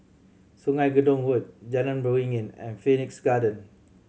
Sungei Gedong Road Jalan Beringin and Phoenix Garden